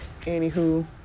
Anywho